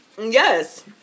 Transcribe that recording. Yes